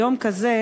ביום כזה,